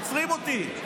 עוצרים אותי,